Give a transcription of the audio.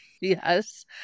yes